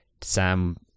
Sam